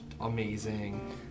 amazing